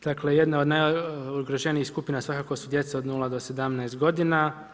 Dakle, jedna od najugroženijih skupina svakako su djeca od 0-17 godina.